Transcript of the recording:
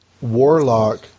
Warlock